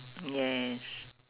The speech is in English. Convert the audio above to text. yes